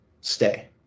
Stay